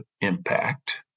impact